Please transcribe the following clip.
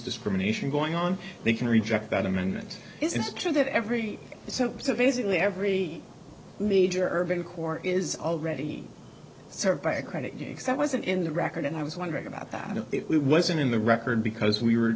discrimination going on they can reject that amendment is it true that every so so basically every major urban core is already served by a credit you accept wasn't in the record and i was wondering about that and it wasn't in the record because we were